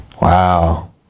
Wow